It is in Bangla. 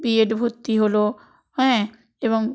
বি এডে ভর্তি হ্যাঁ এবং